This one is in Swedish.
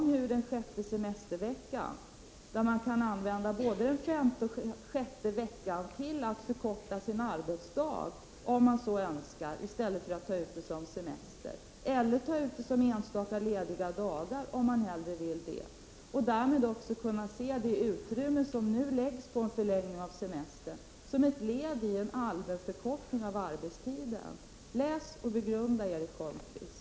Där talas om den sjätte semesterveckan och om hur man kan använda både den femte och den sjätte semesterveckan till att förkorta sin arbetsdag, om man så önskar, i stället för att ta ut den som semester. Man kan också ta ut denna arbetstidsförkortning som enstaka lediga dagar, om man hellre vill det. Det framgår där att det utrymme som nu läggs på en förlängning av semestern är ett led i en allmän förkortning av arbetstiden. Läs och begrunda, Erik Holmkvist!